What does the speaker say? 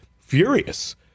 furious